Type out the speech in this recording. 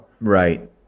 Right